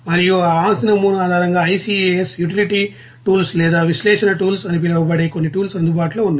మరియు ఆ ఆస్తి నమూనా ఆధారంగా ICAS యుటిలిటీ టూల్స్ లేదా విశ్లేషణ టూల్స్ అని పిలవబడే కొన్ని టూల్స్ అందుబాటులో ఉన్నాయి